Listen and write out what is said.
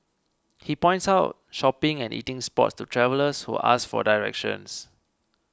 he points out shopping and eating spots to travellers who ask for directions